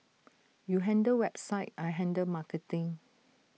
you handle website I handle marketing